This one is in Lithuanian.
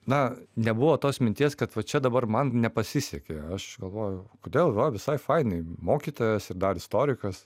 na nebuvo tos minties kad va čia dabar man nepasisekė aš galvoju kodėl va visai fainai mokytojas ir dar istorikas